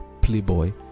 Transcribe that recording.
playboy